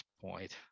point